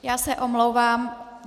Já se omlouvám.